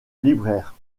libraire